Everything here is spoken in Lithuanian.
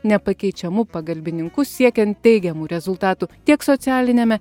nepakeičiamu pagalbininku siekian teigiamų rezultatų tiek socialiniame